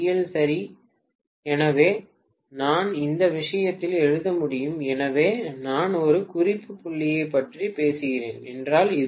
சரி எனவே நான் இந்த விஷயத்தில் எழுத முடியும் எனவே நான் ஒரு குறிப்பு புள்ளியைப் பற்றி பேசுகிறேன் என்றால் இதுதான்